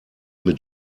mit